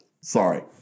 Sorry